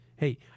Hey